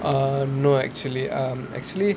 err no actually um actually